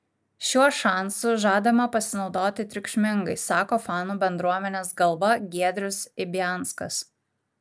šiuo šansu žadama pasinaudoti triukšmingai sako fanų bendruomenės galva giedrius ibianskas